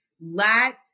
Let